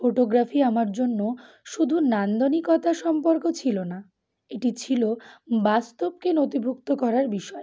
photography আমার জন্য শুধু নান্দনিকতা সম্পর্ক ছিল না এটি ছিল বাস্তবকে নথিভুক্ত করার বিষয়